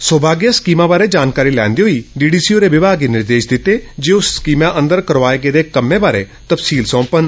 Saubhagya scheme बारै जानकारी लैन्दे होई डीडीसी होरें विभाग गी निर्देश दित्ते जे ओ इस स्कीमें अंदर करौआए गेदे कम्में बारै तबसील सौंपन